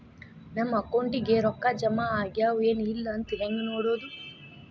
ನಮ್ಮ ಅಕೌಂಟಿಗೆ ರೊಕ್ಕ ಜಮಾ ಆಗ್ಯಾವ ಏನ್ ಇಲ್ಲ ಅಂತ ಹೆಂಗ್ ನೋಡೋದು?